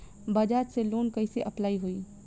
बजाज से लोन कईसे अप्लाई होई?